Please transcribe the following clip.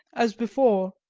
as before,